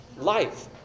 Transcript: life